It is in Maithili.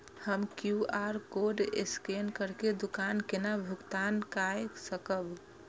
हम क्यू.आर कोड स्कैन करके दुकान केना भुगतान काय सकब?